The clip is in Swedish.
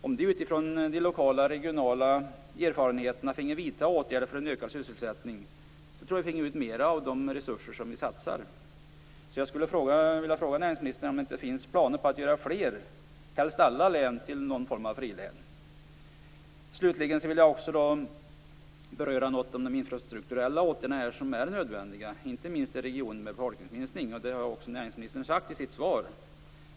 Om de utifrån de lokala regionala erfarenheterna fick vidta åtgärder för en ökad sysselsättning tror jag att vi fick ut mer av de resurser som vi satsar. Jag skulle vilja fråga näringsministern om det inte finns planer på att göra fler län, helst alla län, till någon form av frilän. Slutligen vill jag beröra något om de infrastrukturella åtgärder som är nödvändiga, inte minst i regioner med befolkningsminskning. Det har också näringsministern sagt i sitt svar.